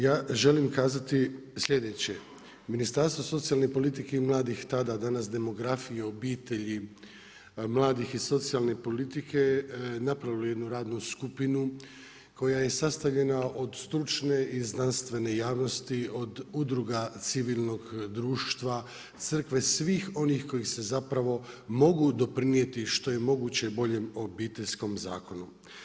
Ja želim kazati sljedeće, Ministarstvo socijalne politike i mladih, tada, danas demografije i obitelji, mladih i socijalne politike, napravili jednu radnu skupinu, koja je sastavljena od stručne i znanstvene javnosti, od udruga civilnog društva, crkve svih onih koji se zapravo mogu doprinijeti što je moguće boljem obiteljskom zakonu.